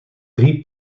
drie